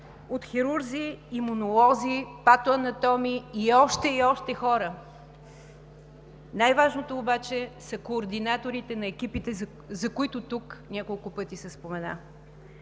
от хирурзи, имунолози, патоанатоми и още, и още хора. Най-важното обаче са координаторите на екипите, за които тук няколко пъти се спомена.